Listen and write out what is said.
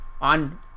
on